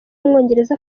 w’umwongereza